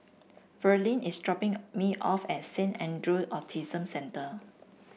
Verlene is dropping a me off at Saint Andrew Autism Centre